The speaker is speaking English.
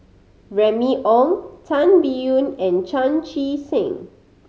Remy Ong Tan Biyun and Chan Chee Seng